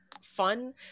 fun